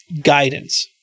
guidance